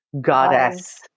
goddess